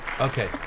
Okay